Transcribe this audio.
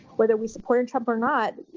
whether we supported trump or not,